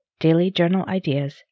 dailyjournalideas